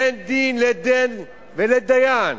אין דין, לית דין ולית דיין.